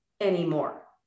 anymore